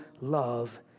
love